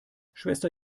schwester